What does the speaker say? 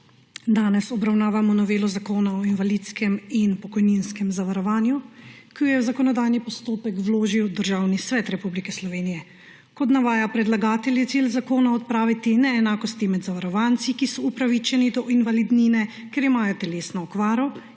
Danes obravnavamo novelo Zakona o pokojninskem in invalidskem zavarovanju, ki jo je v zakonodajni postopek vložil Državni svet Republike Slovenije. Kot navaja predlagatelj, je cilj zakona odpraviti neenakosti med zavarovanci, ki so upravičeni do invalidnine, ker imajo telesno okvaro,